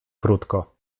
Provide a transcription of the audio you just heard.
krótko